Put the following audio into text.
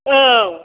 औ